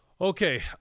okay